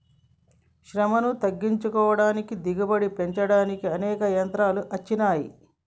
శ్రమను తగ్గించుకోడానికి దిగుబడి పెంచుకోడానికి అనేక యంత్రాలు అచ్చినాయి